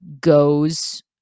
goes